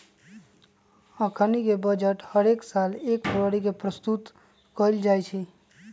अखनीके बजट हरेक साल एक फरवरी के प्रस्तुत कएल जाइ छइ